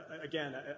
Again